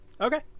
Okay